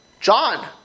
John